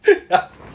ya